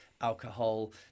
alcohol